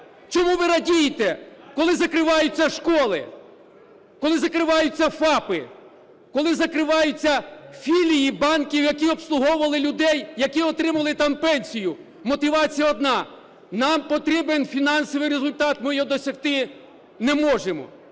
Чому ви радієте, коли закриваються школи, коли закриваються ФАПи, коли закриваються філії банків, які обслуговували людей, які отримували там пенсію? Мотивація одна: нам потрібен фінансовий результат, ми його досягти не можемо.